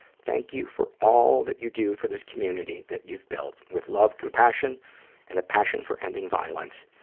thank you for all that you do for this community that you've built. with love, compassion and a passion for ending violence,